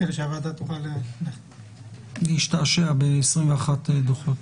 כדי שהוועדה תוכל --- להשתעשע ב-21 דוחות.